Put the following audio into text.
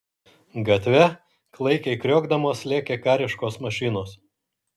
gatve klaikiai kriokdamos lėkė kariškos mašinos